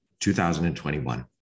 2021